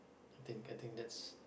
I think I think that's